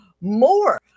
more